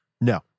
No